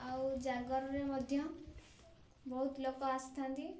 ଆଉ ଜାଗରରେ ମଧ୍ୟ ବହୁତ ଲୋକ ଆସିଥାଆନ୍ତି